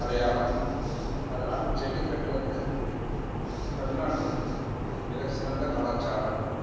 அடையாளம் அதனால் ஜல்லிக்கட்டு வந்து தமிழ் நாட்டில் மிக சிறந்த கலாச்சாரம்